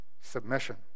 submission